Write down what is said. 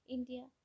India